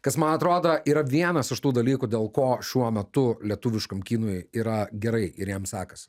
kas man atrodo yra vienas iš tų dalykų dėl ko šiuo metu lietuviškam kinui yra gerai ir jam sekasi